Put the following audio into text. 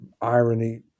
irony